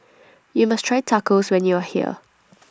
YOU must Try Tacos when YOU Are here